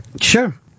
Sure